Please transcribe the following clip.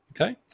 Okay